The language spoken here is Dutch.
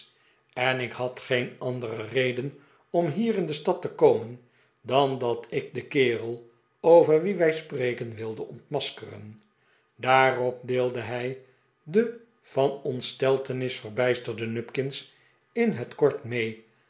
en ik had geen andere reden om hier in de stad te komen dan dat ik den kerel over wien wij spreken wilde ontmaskeren daarop deelde hij den van ontsteltenis verbijsterden nupkins in het kort mee